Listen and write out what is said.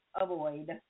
avoid